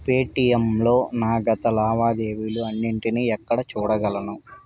Paytm లో నా గత లావాదేవీలు అన్నింటిని ఎక్కడ చూడగలను